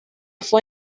fue